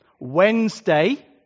Wednesday